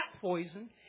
poison